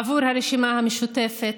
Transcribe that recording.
עבור הרשימה המשותפת,